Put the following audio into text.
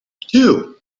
two